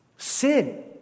Sin